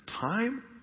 time